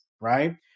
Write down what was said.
right